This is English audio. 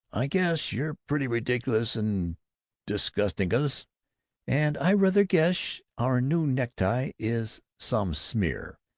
i guess we're pretty ridiculous and disgusticulus, and i rather guess our new necktie is some smear!